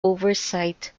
oversight